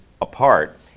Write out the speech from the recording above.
apart